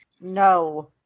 No